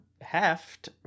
heft